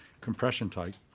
compression-type